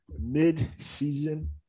mid-season